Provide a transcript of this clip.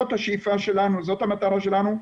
זאת השאיפה שלנו, זאת המטרה שלנו.